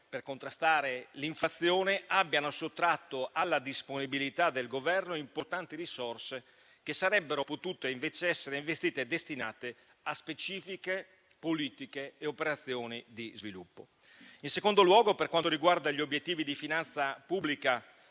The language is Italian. per contrastare l'inflazione abbiano sottratto alla disponibilità del Governo importanti risorse che avrebbero invece potuto essere investite e destinate a specifiche politiche e operazioni di sviluppo. Per quanto riguarda gli obiettivi di finanza pubblica,